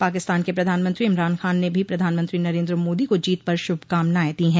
पाकिस्तान के प्रधानमंत्री इमरान खान ने भी प्रधानमंत्री नरेन्द्र मोदी को जीत पर श्भकामनाएं दी है